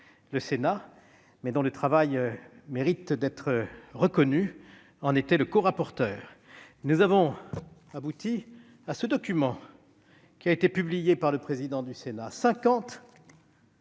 le Sénat, mais son travail mérite d'être reconnu -, en était le corapporteur. Nous avons abouti à un document publié par le président du Sénat